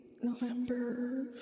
November